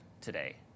today